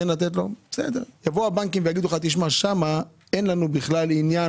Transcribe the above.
יגידו הבנקים: שם אין לנו בכלל עניין